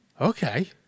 Okay